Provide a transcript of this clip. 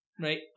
right